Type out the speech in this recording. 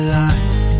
life